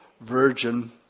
virgin